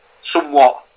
somewhat